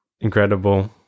incredible